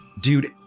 Dude